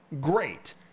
great